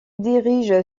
dirige